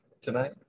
tonight